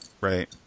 right